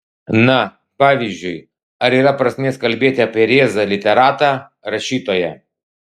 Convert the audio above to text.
na pavyzdžiui ar yra prasmės kalbėti apie rėzą literatą rašytoją